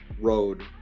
road